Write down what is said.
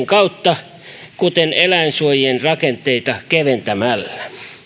kautta kuten eläinsuojien rakenteita keventämällä